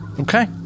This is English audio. Okay